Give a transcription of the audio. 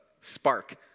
spark